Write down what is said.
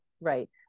right